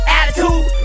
Attitude